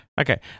Okay